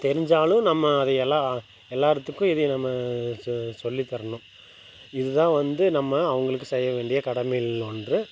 தெரிஞ்சாலும் நம்ம அதையெல்லாம் எல்லா இடத்துக்கும் இதை நம்ம சொ சொல்லி தரணும் இதுதான் வந்து நம்ம அவங்களுக்கு செய்ய வேண்டிய கடமையில் ஒன்று